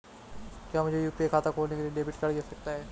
क्या मुझे यू.पी.आई खाता खोलने के लिए डेबिट कार्ड की आवश्यकता है?